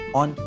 on